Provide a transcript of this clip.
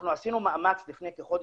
אנחנו עשינו מאמץ לפני כחודש,